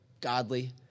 godly